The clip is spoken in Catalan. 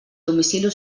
domicili